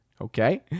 Okay